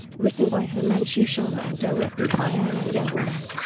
written by himanshu sharma and directed by aanand l. rai.